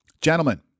Gentlemen